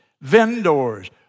vendors